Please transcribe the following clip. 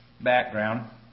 background